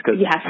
Yes